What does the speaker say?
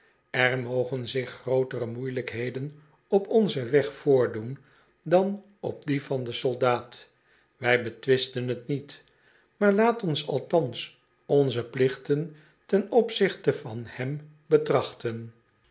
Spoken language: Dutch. er mogen zich grootere moeielijkheden op onzen weg voordoen dan op dien van den soldaat wij betwisten t niet maar laat ons althans onzen plicht ten opzichte van hem betrachten